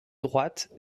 droite